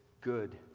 good